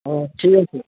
হ্যাঁ ঠিক আছে